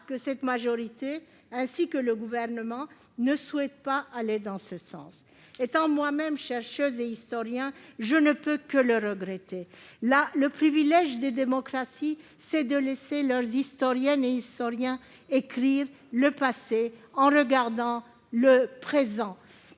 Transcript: que la majorité sénatoriale et le Gouvernement ne souhaitent pas aller dans ce sens ! Étant moi-même chercheuse et historienne, je ne peux que le regretter. Le privilège des démocraties, c'est de laisser leurs historiens écrire le passé, en regardant le présent.